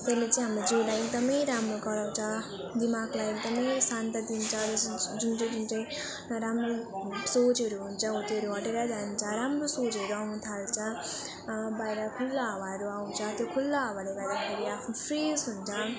त्यसले चाहिँ हाम्रो जिउलाई एकदम राम्रो गराउँछ दिमागलाई एकदम शान्त दिन्छ जस् जुन चाहिँ जुन चाहिँ नराम्रो सोचहरू हुन्छ हो त्योहरू हटेर जान्छ राम्रो सोचहरू आउनु थाल्छ बाहिर खुल्ला हावाहरू आउँछ त्यो खुल्ला हावाले गर्दाखेरि आफ्नो फ्रेस हुन्छ